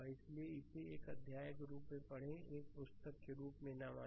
इसलिए इसे एक अध्याय के रूप में पढ़ें एक पुस्तक के रूप में न मानें